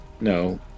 No